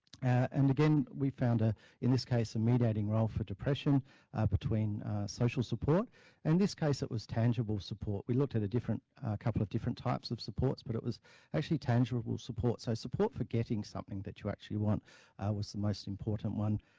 and again, we found out ah in this case, a mediating roll for depression between social support and this case, it was tangible support, we looked at a different couple of different types of supports but it was actually tangible support, so support for getting something that you want was the most important one,